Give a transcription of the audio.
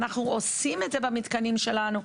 ואנחנו עושים את זה במתקנים שלנו.